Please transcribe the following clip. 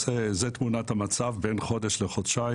אז זו תמונת המצב: בין חודש לחודשיים